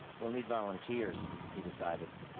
we'll need volunteers, he decided.